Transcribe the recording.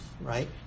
right